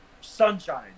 Sunshine